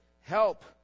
help